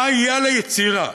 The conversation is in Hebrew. מה יהיה על היצירה?